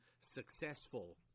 successful